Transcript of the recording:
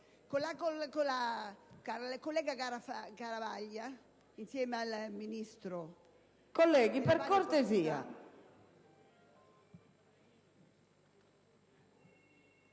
collega Garavaglia, insieme al Ministro